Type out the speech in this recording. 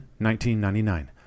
1999